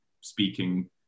speaking